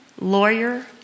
lawyer